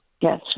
Yes